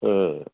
ఆ